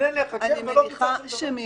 החשוד מתחנן להיחקר ולא בוצע שום דבר.